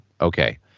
Okay